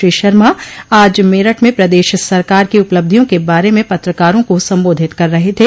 श्री शर्मा आज मेरठ में प्रदेश सरकार की उपलब्धियों के बारे में पत्रकारों को सम्बोधित कर रहे थे